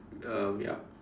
um yup